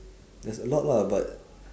there's a lot lah but